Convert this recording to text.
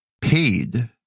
paid